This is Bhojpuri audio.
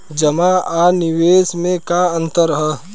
जमा आ निवेश में का अंतर ह?